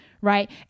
right